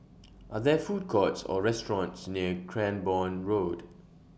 Are There Food Courts Or restaurants near Cranborne Road